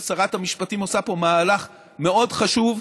ששרת המשפטים עושה פה מהלך מאוד חשוב,